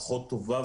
פחות טובה,